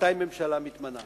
מתי ממשלה מתמנה.